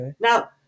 Now